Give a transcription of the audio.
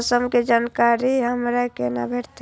मौसम के जानकारी हमरा केना भेटैत?